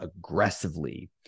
aggressively